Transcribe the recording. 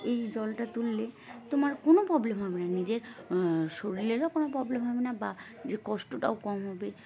এই জলটা তুললে তোমার কোনো প্রবলেম হবে না নিজের শরীলেরও কোনো প্রবলেম হবে না বা যে কষ্টটাও কম হবে